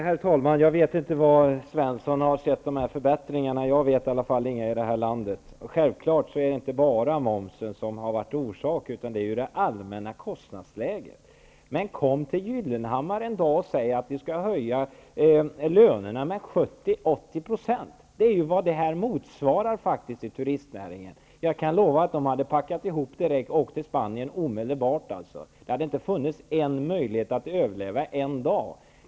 Herr talman! Jag vet inte var Svenson har sett dessa förbättringar. Jag känner inte till något i det här landet. Självfallet är det inte bara momsen som har orsakat nedgången, utan det är det allmänna kostnadsläget. Men försök att säga till Gyllenhammar att lönerna skall höjas med 70--80 %. Det är vad momsen motsvarar i turistnäringen. Jag kan lova att han och de hade packat och åkt till Spanien omedelbart. Det hade inte funnits en möjlighet att överleva en dag.